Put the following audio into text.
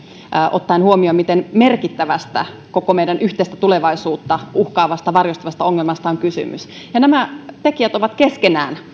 ottaen huomioon miten merkittävästä koko meidän yhteistä tulevaisuuttamme uhkaavasta varjostavasta ongelmasta on kysymys nämä tekijät ovat keskenään